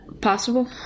possible